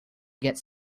gets